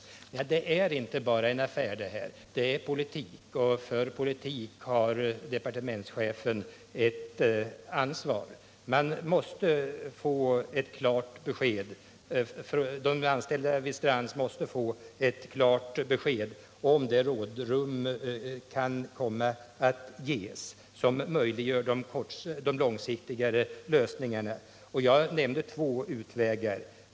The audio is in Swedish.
Men det är inte bara en affär, det är politik också, och för politik har departementschefen ett ansvar. De anställda vid Strands måste få ett klart besked om det rådrum kan komma att ges som möjliggör de långsiktigare lösningarna. Jag nämnde två utvägar.